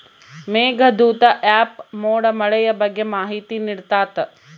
Meghdoot app ಮೋಡ ಮಳೆಯ ಬಗ್ಗೆ ಮಾಹಿತಿ ನಿಡ್ತಾತ